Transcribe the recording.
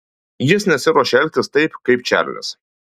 jis nesiruošia elgtis taip kaip čarlis